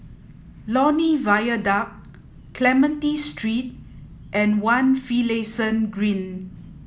Lornie Viaduct Clementi Street and One Finlayson Green